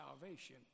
salvation